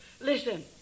Listen